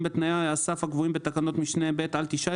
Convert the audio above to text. בתנאי הסף הקבועים בתקנת משנה (ב) על תשעה,